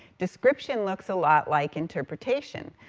description looks a lot like interpretation.